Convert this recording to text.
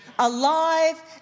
alive